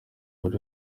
bari